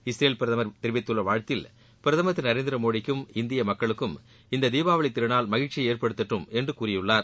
Israel பிரதமா் தெரிவித்துள்ள வாழ்த்தில் பிரதமா் திரு நரேந்திரமோடிக்கும் இந்திய மக்களுக்கும் இந்த தீபாவளி திருநாள் மகிழ்ச்சியை ஏற்படுத்தட்டும் என்று கூறியுள்ளார்